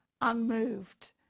unmoved